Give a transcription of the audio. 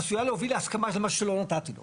עשויה להביא להסכמה של משהו שלא נתתי לו הסכמה.